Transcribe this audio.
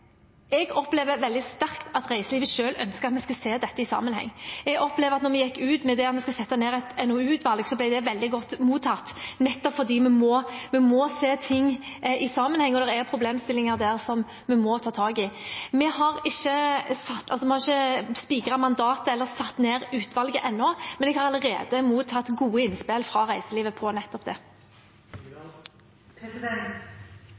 Jeg opplever veldig sterkt at reiselivet selv ønsker at vi ser dette i sammenheng. Jeg opplever at da vi gikk ut med at vi skulle sette ned et NOU-utvalg, ble det veldig godt mottatt nettopp fordi vi må se ting i sammenheng, og det er problemstillinger der som vi må ta tak i. Vi har ikke spikret mandatet eller satt ned utvalget ennå, men jeg har allerede mottatt gode innspill fra reiselivet om nettopp